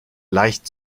leicht